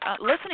listening